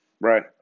right